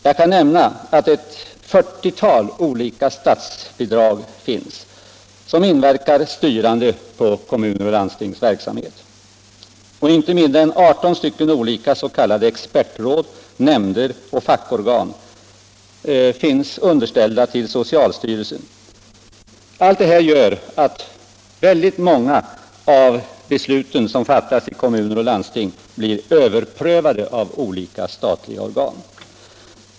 Jag kan nämna att det finns ett 40-tal olika statsbidrag som inverkar styrande på kommuners och landstings verksamhet. Inte mindre än 18 olika s.k. expertråd, nämnder och fackorgan finns underställda socialstyrelsen. Allt detta gör att väldigt många av de beslut som fattas i kommuner och landsting blir överprövade i olika statliga organ.